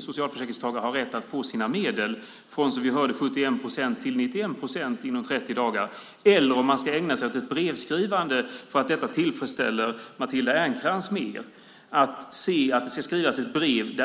socialförsäkringstagare har rätt att få sina medel från, som vi hörde, 71 procent till 91 procent inom 30 dagar eller om man ska ägna sig åt ett brevskrivande för att detta tillfredsställer Matilda Ernkrans mer. Det ska skrivas ett brev.